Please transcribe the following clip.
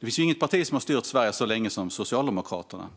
Det finns inget parti som har styrt Sverige så länge som Socialdemokraterna.